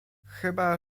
chyba